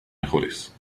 mejores